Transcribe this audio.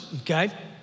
okay